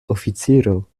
oficiro